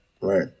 Right